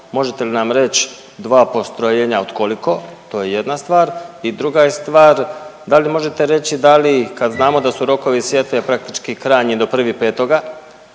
možete li nam reći dva postrojenja od koliko? To je jedna stvar i druga je stvar, da li možete reći da li kad znamo da su rokovi sjetve praktički krajnji do 1.5.,